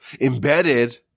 embedded